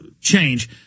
change